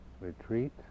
retreat